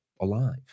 alive